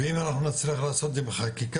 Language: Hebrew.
ואם אנחנו נצליח לעשות את זה עם חקיקה,